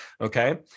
Okay